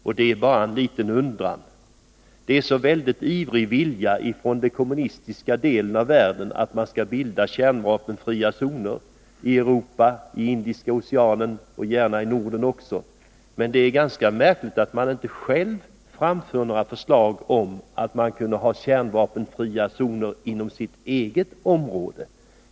Den kommunistiska delen av världen visar väldigt ivrigt att den vill att kärnvapenfria zoner skall bildas i Europa, i Indiska oceanen och gärna i Norden också, men det är ganska märkligt att man inte själv framför några förslag om kärnvapenfria zoner inom sitt eget område.